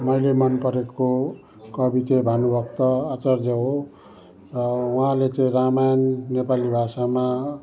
मैले मन परेको कवि चाहिँ भानुभक्त आचार्य हो उहाँले चाहिँ रामायण नेपाली भाषामा